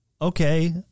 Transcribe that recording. okay